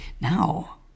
Now